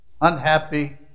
unhappy